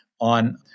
on